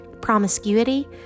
promiscuity